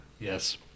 Yes